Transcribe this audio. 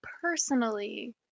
personally